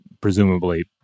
presumably